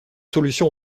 solution